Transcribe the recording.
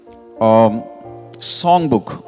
songbook